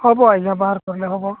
ହେବ ଆଜ୍ଞା ବାହାର କରିହେବ